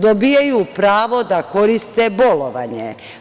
Dobijaju pravo da koriste bolovanje.